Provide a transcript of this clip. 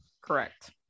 correct